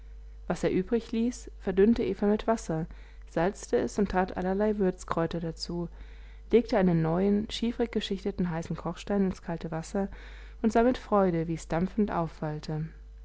was er übrigließ verdünnte eva mit wasser salzte es und tat allerlei würzkräuter dazu legte einen neuen schieferig geschichteten heißen kochstein ins kalte wasser und sah mit freude wie es dampfend aufwallte